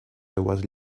seves